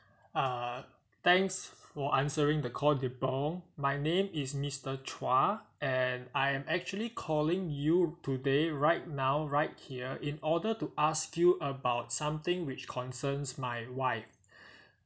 uh thanks for answering the call nibong my name is mister chua and I am actually calling you today right now right here in order to ask you about something which concerns my wife